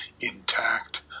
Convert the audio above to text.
intact